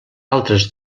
altres